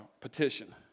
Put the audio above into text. petition